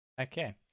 Okay